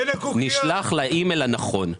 הוא נשלח לאי-מייל האחרון.